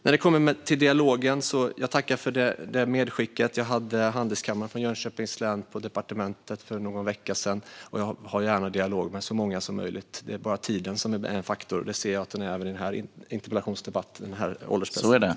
När det kommer till dialogen tackar jag för medskicket. Vi hade Handelskammaren Jönköpings län på departementet för någon vecka sedan. Jag har gärna dialog med så många som möjligt. Det är bara tiden som är en faktor. Det ser jag att den är även i den här interpellationsdebatten, herr ålderspresident.